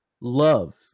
love